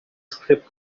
script